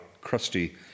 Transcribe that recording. crusty